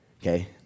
okay